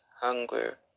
hunger